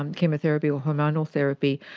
um chemotherapy or hormonal therapy,